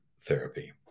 therapy